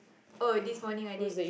oh it's this morning I did